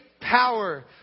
power